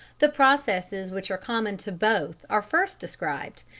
the processes which are common to both are first described,